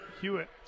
Hewitt